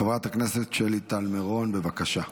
חברת הכנסת שלי טל מירון, בבקשה.